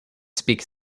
speak